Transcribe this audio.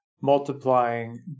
multiplying